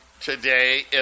today